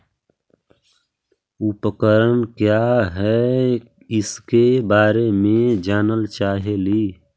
उपकरण क्या है इसके बारे मे जानल चाहेली?